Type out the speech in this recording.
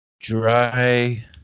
dry